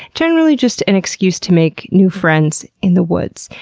generally just an excuse to make new friends in the woods.